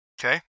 okay